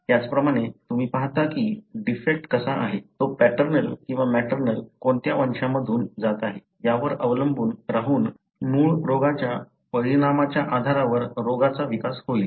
त्याचप्रमाणे तुम्ही पाहता की डिफेक्ट कसा आहे तो पॅटर्नल किंवा मॅटर्नल कोणत्या वंशामधून जात आहे यावर अवलंबून राहून मूळ रोगाच्या परिणामाच्या आधारावर रोगाचा विकास होईल